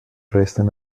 resten